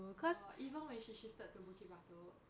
orh even when she shifted to bukit batok